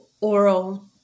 oral